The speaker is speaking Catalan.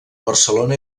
barcelona